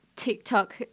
TikTok